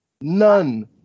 None